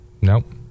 Nope